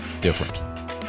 different